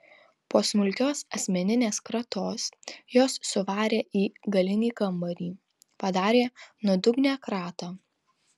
po smulkios asmeninės kratos juos suvarė į galinį kambarį padarė nuodugnią kratą